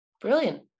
brilliant